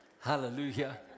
Hallelujah